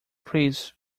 please